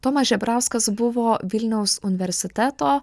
tomas žebrauskas buvo vilniaus universiteto